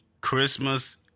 Christmas